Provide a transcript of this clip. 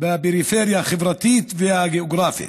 בפריפריה החברתית והגיאוגרפית,